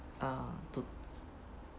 uh to